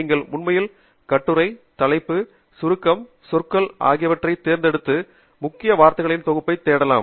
நீங்கள் உண்மையில் கட்டுரை தலைப்பு சுருக்கம் சொற்கள் ஆகியவற்றைத் தேர்ந்தெடுத்து முக்கிய வார்த்தைகளின் தொகுப்பைத் தேடலாம்